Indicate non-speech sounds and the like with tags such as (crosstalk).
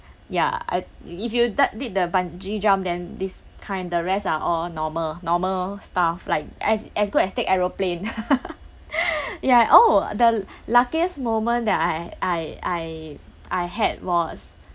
ya I if you th~ did the bungee jump then these kind the rest are all normal normal stuff like as as good as take aeroplane (laughs) ya oh the (breath) luckiest moment that I I I I had was